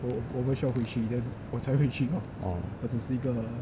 oh